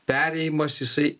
perėjimas jisai